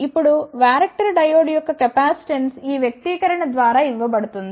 ఇప్పుడు varactor diode యొక్క capacitance ఈ వ్యక్తీకరణ ద్వారా ఇవ్వబడుతుంది